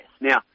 Now